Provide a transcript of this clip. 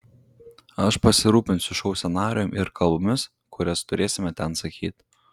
aš pasirūpinsiu šou scenarijumi ir kalbomis kurias turėsime ten sakyti